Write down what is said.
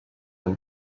amb